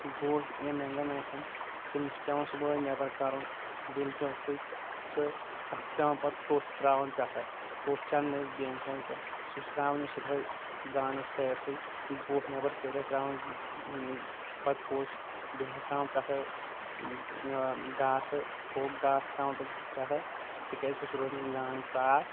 گُہہ یا مینٛگن آسَن تِم چھِ پیوان صبُحٲے نیبر کَرُن بِلچو سۭتۍ تہٕ تَتھ چھِ پیوان کوٚش تراوُن پیٚٹھٕ کوٚش چھُ اَنان أسۍ بینٛڈ ساز پٮ۪ٹھ سُہ چھُ تراوان أسۍ صُبحٲے گانَس سٲرسے گُہہ نیبر کٔرِتھ تراوان پَتہٕ کوٚش بیٚیہِ حظ تراوان پٮ۪ٹھٕ گاسہٕ ہوٚکھ گاسہٕ تراوان أسۍ پٮ۪ٹھٕ تِکیازِ سُہ چھُ روزان گان صاف